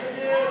הצעת סיעת